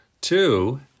Two